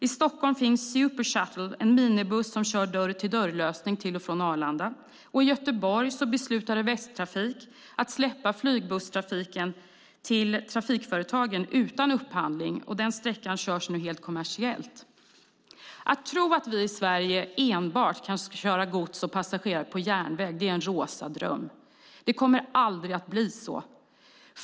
I Stockholm finns Supershuttle, en minibuss som kör en dörr-till-dörr-lösning till och från Arlanda, och i Göteborg beslutade Västtrafik att släppa flygbusstrafiken till trafikföretagen utan upphandling. Sträckan körs nu helt kommersiellt. Att tro att vi i Sverige ska köra gods och passagerare enbart på järnväg är en rosa dröm. Det kommer aldrig att bli så.